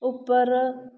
ਉੱਪਰ